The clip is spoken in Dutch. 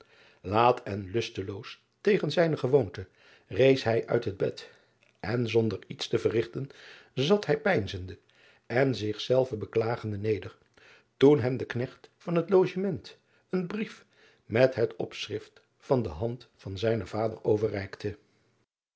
aat en lusteloos tegen zijne gewoonte rees hij uit het bed en zonder iets driaan oosjes zn et leven van aurits ijnslager te verrigten zat hij peinzende en zichzelven beklagende neder toen hem de knecht van het ogement een brief met het opschrift van de hand van zijnen vader overreikte